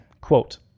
Quote